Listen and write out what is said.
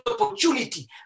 opportunity